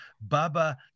Baba